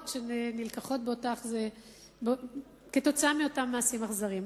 שנלקחות כתוצאה מאותם מעשים אכזריים.